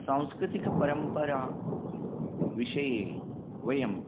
सांस्कृतिकपरम्परा विषये वयं